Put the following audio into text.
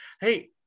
hey